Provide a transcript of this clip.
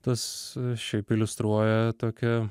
tas šiaip iliustruoja tokią